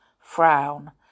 frown